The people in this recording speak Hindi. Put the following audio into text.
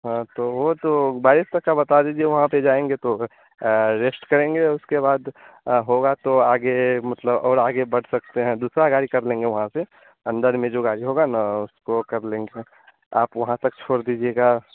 हाँ तो वह तो बैरेज़ तक का बता दीजिए वहाँ से जाएँगे तो रेस्ट करेंगे उसके बाद होगा तो आगे और आगे बढ़ सकते हैं दूसरी गाड़ी कर लेंगे वहाँ से अन्दर में जो गाड़ी होगी ना उसको कर लेंगे आप वहाँ तक छोड़ दीजिएगा